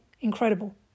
incredible